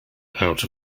out